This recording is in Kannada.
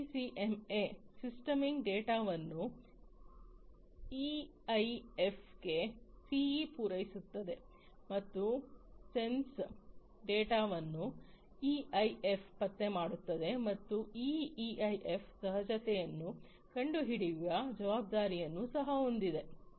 ಎಸ್ಡಿಸಿಎಂಎಯಲ್ಲಿ ಸ್ಟ್ರೀಮಿಂಗ್ ಡೇಟಾವನ್ನು ಇಐಎಫ್ಗೆ ಸಿಇ ಪೂರೈಸುತ್ತದೆ ಮತ್ತು ಸೆನ್ಸ್ ಡೇಟಾವನ್ನು ಇಐಎಫ್ ಪತ್ತೆ ಮಾಡುತ್ತದೆ ಮತ್ತು ಈ ಇಐಎಫ್ ಅಸಹಜತೆಯನ್ನು ಕಂಡುಹಿಡಿಯುವ ಜವಾಬ್ದಾರಿಯನ್ನು ಸಹ ಹೊಂದಿದೆ